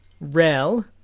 Rel